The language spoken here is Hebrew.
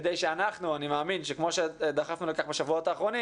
כדי שאנחנו - אני מאמין שכמו שדחפנו לכך בשבועות האחרונים